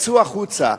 יצאו החוצה,